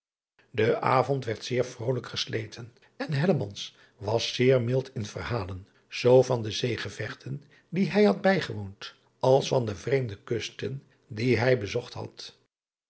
e avond werd zeer vrolijk gesleten en was zeer mild in verhalen zoo van de zeegevechten die hij had bijgewoond als van de vreemde kusten die hij bezocht had